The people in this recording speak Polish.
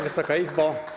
Wysoka Izbo!